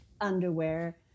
underwear